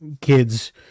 kids